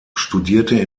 studierte